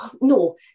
no